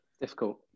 Difficult